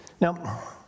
Now